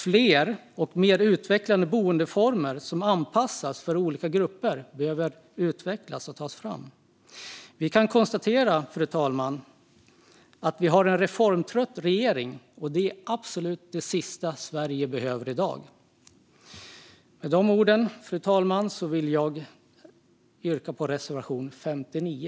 Fler och mer utvecklade boendeformer som anpassas för olika grupper behöver utvecklas och tas fram. Vi kan konstatera, fru talman, att vi har en reformtrött regering, och det är absolut det sista Sverige behöver i dag. Med de orden, fru talman, vill jag yrka bifall till reservation 59.